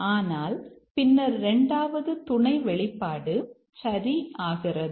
ஆனால் பின்னர் இரண்டாவது துணை வெளிப்பாடு சரியாகிறது